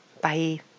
Bye